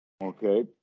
Okay